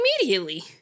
immediately